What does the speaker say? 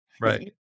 Right